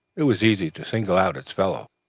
it was easy to single out its fellows.